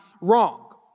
wrong